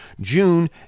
june